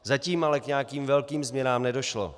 Zatím ale k nějakým velkým změnám nedošlo.